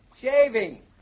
Shaving